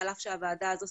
הנראה איזושהי